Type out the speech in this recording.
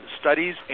studies